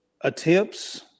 attempts